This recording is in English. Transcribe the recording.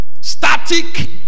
Static